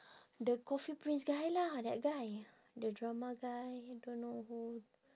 the coffee prince guy lah that guy the drama guy don't know who